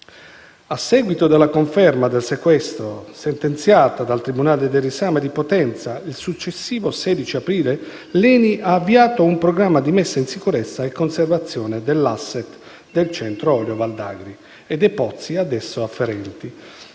A seguito della conferma del sequestro sentenziata dal tribunale del riesame di Potenza il successivo 16 aprile, L'ENI ha avviato un programma di messa in sicurezza e conservazione dell'*asset* del Centro Olio Val d'Agri e dei pozzi ad esso afferenti